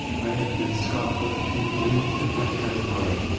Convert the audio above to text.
i have been scarred by the few who do not fit that category